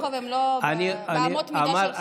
יעקב, הם לא באמות המידה שלך.